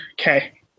Okay